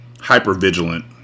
hyper-vigilant